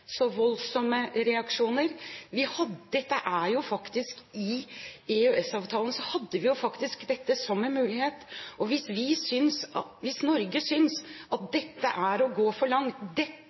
så voldsomme reaksjoner. I EØS-avtalen hadde vi faktisk dette som en mulighet. Hvis Norge synes at dette er å gå for langt,